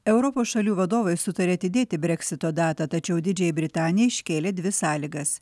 europos šalių vadovai sutarė atidėti breksito datą tačiau didžiajai britanijai iškėlė dvi sąlygas